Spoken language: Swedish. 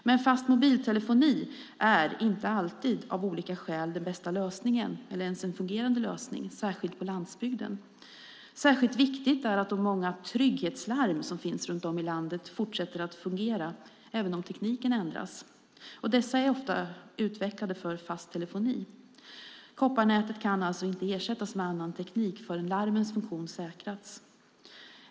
Men fast mobiltelefoni är av olika skäl inte alltid den bästa lösningen eller ens en fungerande lösning, särskilt på landsbygden. Speciellt viktigt är att de många trygghetslarm som finns runt om i landet fortsätter att fungera även om tekniken ändras. Dessa är ofta utvecklade för fast telefoni. Kopparnätet kan alltså inte ersättas med annan teknik förrän larmens funktion har säkrats.